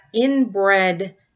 inbred